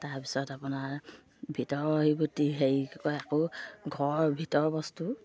তাৰপিছত আপোনাৰ ভিতৰৰ হেৰি হেৰি কি কয় আকৌ ঘৰৰ ভিতৰ বস্তু